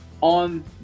on